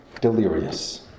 delirious